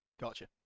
Gotcha